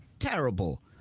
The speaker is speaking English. Terrible